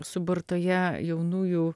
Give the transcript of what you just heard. suburtoje jaunųjų